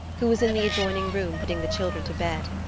who was in the adjoining room putting the children to bed.